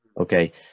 Okay